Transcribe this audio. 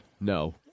No